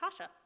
Tasha